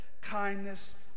kindness